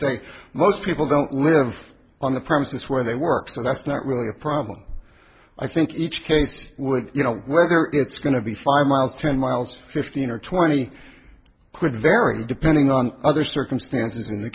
say most people don't live on the premises where they work so that's not really a problem i think each case would you know whether it's going to be five miles ten miles fifteen or twenty could vary depending on other circumstances in the